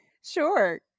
Sure